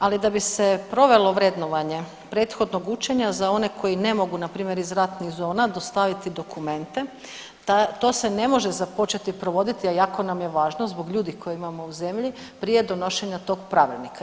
Ali da bi se provelo vrednovanje prethodnog učenja za one koji npr. ne mogu iz ratnih zona dostaviti dokumente to se ne može započeti provoditi, a jako nam je važno zbog ljudi koje imamo u zemlji prije donošenja tog pravilnika.